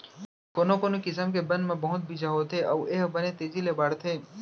कोनो कोनो किसम के बन म बहुत बीजा होथे अउ ए ह बने तेजी ले बाढ़थे